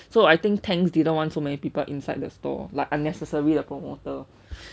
so I think tents didn't want so many people inside the store like unnecessary 的 promoter